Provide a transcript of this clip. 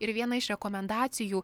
ir viena iš rekomendacijų